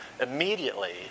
immediately